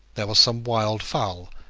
there was some wild-fowl,